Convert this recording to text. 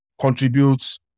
contributes